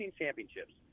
championships